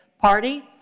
party